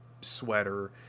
sweater